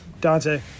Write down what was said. Dante